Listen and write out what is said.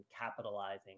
capitalizing